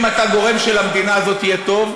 אם אתה גורם שלמדינה הזאת יהיה טוב,